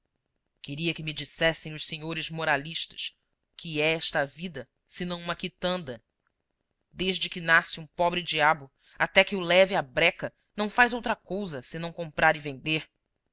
queria que me dissessem os senhores moralistas o que é esta vida senão uma quitanda desde que nasce um pobre-diabo até que o leve a breca não faz outra cousa senão comprar e vender